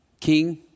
King